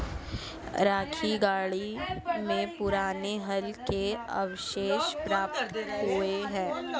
राखीगढ़ी में पुराने हल के अवशेष प्राप्त हुए हैं